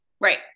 Right